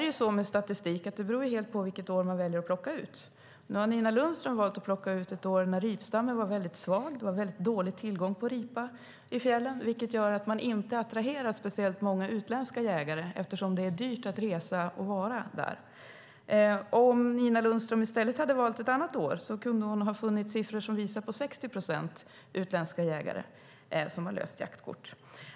Det är så med statistik att det helt beror på vilket år man väljer att plocka ut. Nu har Nina Lundström valt att plocka ut ett år när ripstammen var väldigt svag och det var dålig tillgång på ripa i fjällen, och då attraheras inte speciellt många utländska jägare, eftersom det är dyrt att resa dit och vara där. Om Nina Lundström hade valt ett annat år kunde hon ha funnit siffror som visar att 60 procent utländska jägare har löst jaktkort.